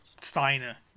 steiner